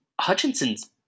hutchinson's